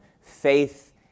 faith